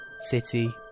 city